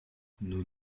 nous